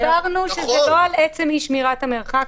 הסברנו שזה לא על עצם אי-שמירת המרחק,